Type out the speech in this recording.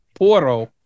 Poro